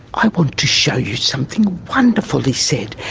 i want to show you something wonderful he said,